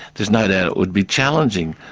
there's no doubt it would be challenging,